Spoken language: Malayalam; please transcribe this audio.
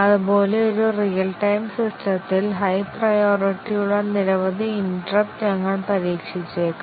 അതുപോലെ ഒരു റിയൽ ടൈം സിസ്റ്റത്തിൽ ഹൈ പ്രയോരിറ്റി ഉള്ള നിരവധി ഇന്ററപ്പ്റ്റ് ഞങ്ങൾ പരീക്ഷിച്ചേക്കാം